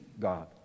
God